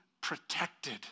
protected